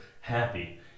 happy